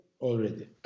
already